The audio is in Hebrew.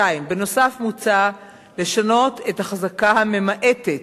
2. בנוסף, מוצע לשנות את החזקה הממעטת